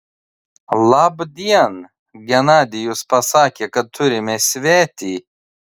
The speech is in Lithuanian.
labdien genadijus pasakė kad turime svetį